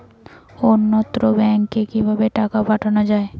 অন্যত্র ব্যংকে কিভাবে টাকা পাঠানো য়ায়?